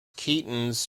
ketones